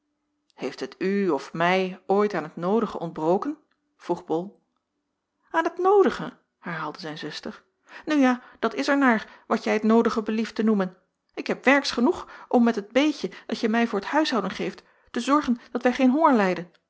heeft het u of mij ooit aan het noodige ontbroken vroeg bol aan het noodige herhaalde zijn zuster nu ja dat is er naar wat jij het noodige belieft te noemen ik heb werks genoeg om met het beetje dat je mij voor t huishouden geeft te zorgen dat wij geen